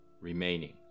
remaining